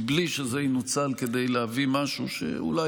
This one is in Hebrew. בלי שזה ינוצל כדי להביא משהו שאולי